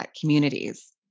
communities